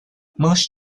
most